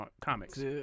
comics